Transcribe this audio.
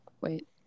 Wait